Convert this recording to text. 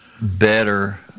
better